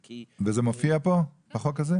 וזה מופיע בחוק הזה?